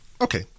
Okay